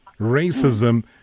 racism